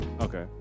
Okay